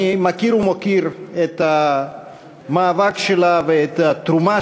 אני מכיר ומוקיר את המאבק שלה ואת התרומה